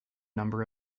number